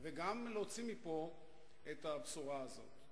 וגם להוציא מפה את הבשורה הזאת.